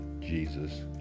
Jesus